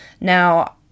Now